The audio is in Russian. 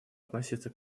относиться